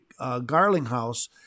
Garlinghouse